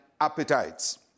appetites